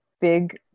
big